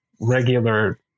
regular